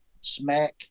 Smack